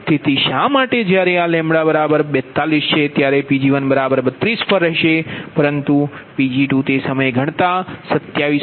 તેથી શા માટે જ્યારે 42 છે ત્યારે Pg1 32 પર રહેશે પરંતુ Pg2 તે સમય ગણતા 27